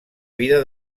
vida